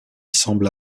semble